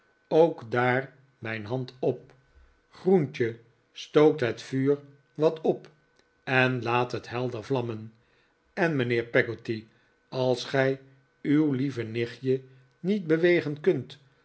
ook daar mijn hand op groentje stook het vuur wat op en laat het helder vlammen en mijnheer peggotty als gij uw lieve nichtje niet bewegen kunt